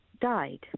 died